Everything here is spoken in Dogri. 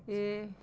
एह्